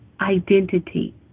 identity